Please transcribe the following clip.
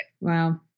Wow